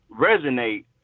resonate